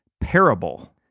parable